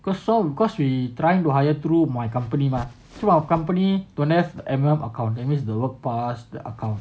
cause cause we trying to hire through my company mah so through our company don't have like E_P_O_L account that means like the work pass the account